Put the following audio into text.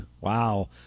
Wow